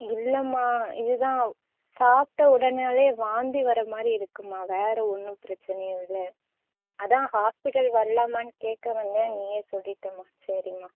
இல்லைமா இதுதான் சாப்பிட்ட உடனாலே வாந்தி வர மாதிரி இருக்குமா வேறு ஒன்றும் பிரச்சனை இல்லை அது தான் ஹாஸ்பிட்டல் வரலாமான்னு கேட்க வந்தேன் நீயே சொல்லிட்டேம்மா சரிமா